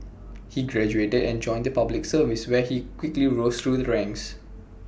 he graduated and joined the Public Service where he quickly rose through the ranks